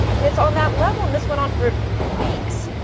and it's on that level, and this went on for weeks.